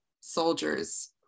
soldiers